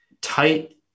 tight